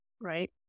right